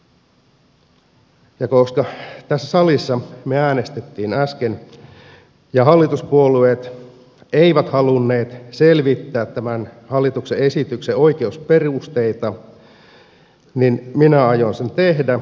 ja koska tässä salissa me äänestimme äsken ja hallituspuolueet eivät halunneet selvittää tämän hallituksen esityksen oikeusperusteita niin minä aion sen tehdä